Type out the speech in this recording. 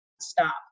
stop